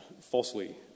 falsely